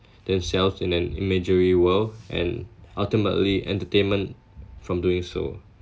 themselves in an imaginary world and ultimately entertainment from doing so